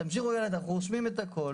תמשיכו, אנחנו רושמים את הכל.